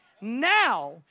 now